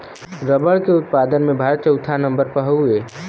रबड़ के उत्पादन में भारत चउथा नंबर पे हउवे